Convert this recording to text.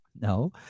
no